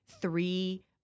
three